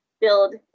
build